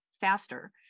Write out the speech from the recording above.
faster